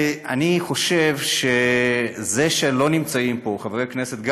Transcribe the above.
אני חושב שזה שלא נמצאים פה חברי כנסת,